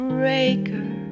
breaker